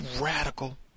Radical